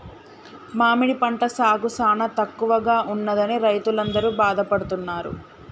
మామిడి పంట సాగు సానా తక్కువగా ఉన్నదని రైతులందరూ బాధపడుతున్నారు